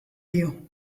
you